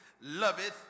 loveth